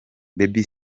baby